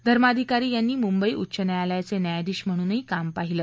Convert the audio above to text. धर्माधिकारी यांनी मुंबई उच्च न्यायालयाचे न्यायाधीश म्हणूनही काम पाहिलं